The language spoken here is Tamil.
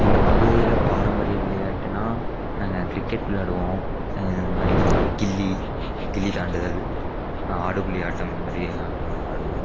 எங்கள் பகுதியில் பாரம்பரிய விளையாட்டுன்னா நாங்கள் கிரிக்கெட் விளாடுவோம் இதுமாதிரி கில்லி கில்லி தாண்டுதல் ஆடுபுலி ஆட்டம் இந்தமாதிரி ஆட்டம்லாம் ஆடுவோம்